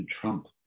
Trump